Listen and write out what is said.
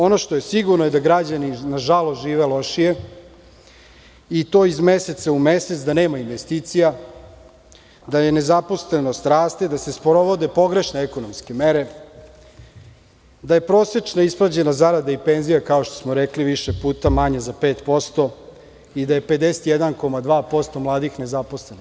Ono što je sigurno je da građani nažalost, žive lošije i to iz meseca u mesec, da nema investicija, da nezaposlenost raste, da se sporo vode pogrešne ekonomske mere, da je prosečna isplaćena zarada i penzija, kao što smo rekli, više puta manja za 5% i da je 51,2 mladih nezaposleno.